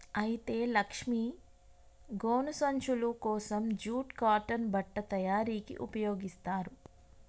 అయితే లక్ష్మీ గోను సంచులు కోసం జూట్ కాటన్ బట్ట తయారీకి ఉపయోగిస్తారు